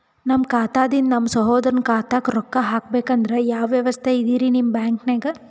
ನಮ್ಮ ಖಾತಾದಿಂದ ನಮ್ಮ ಸಹೋದರನ ಖಾತಾಕ್ಕಾ ರೊಕ್ಕಾ ಹಾಕ್ಬೇಕಂದ್ರ ಯಾವ ವ್ಯವಸ್ಥೆ ಇದರೀ ನಿಮ್ಮ ಬ್ಯಾಂಕ್ನಾಗ?